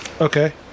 Okay